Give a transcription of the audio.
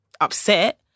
upset